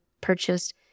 purchased